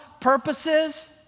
purposes